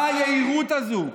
מה היהירות הזאת?